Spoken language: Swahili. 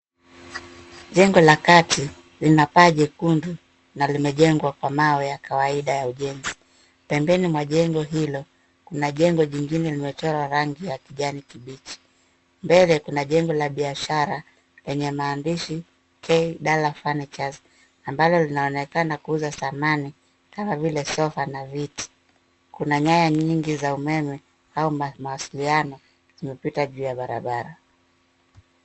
Jengo la kati lina paa jekundu na limejengwa kwa mawe ya kawaida ya ujenzi. Pembeni mwa jengo hilo, kuna jengo jingine limechorwa rangi ya kijani kibichi. Mbele kuna jengo la biashara lenye maandishi K Dala Furnitures ambalo linaonekana kuuza sanamu kama vile sofa na viti. Kuna nyaya nyingi za umeme au mawasiliano zimepita juu ya barabara.